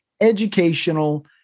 educational